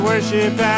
Worship